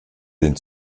den